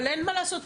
אבל אין מה לעשות,